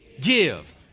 give